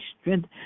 strength